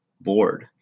bored